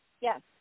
Yes